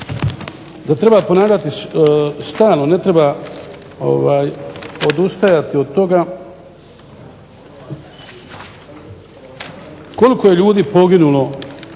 da treba ponavljati stalno, ne treba odustajati od toga, koliko je ljudi poginulo